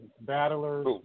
battlers